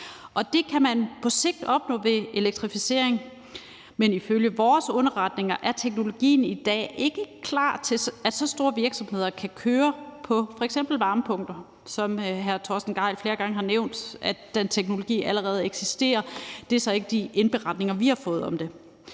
det kan man på sigt opnå ved elektrificering. Men ifølge vores underretninger er teknologien i dag ikke klar til, at så store virksomheder kan køre på f.eks. varmepumper. Hr. Torsten Gejl har flere gange nævnt, at den teknologi allerede eksisterer, men det er så ikke de indberetninger, vi har fået om det.